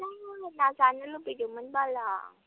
जा ना जानो लुगैदोंमोन बाल आं